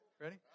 Ready